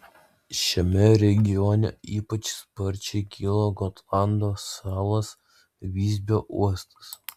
šiame regione ypač sparčiai kilo gotlando salos visbio uostas